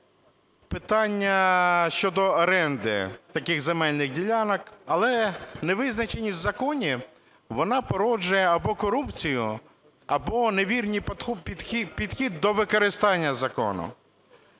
питання щодо оренди таких земельних ділянок. Але невизначеність у законі, вона породжує або корупцію, або невірний підхід до використання закону.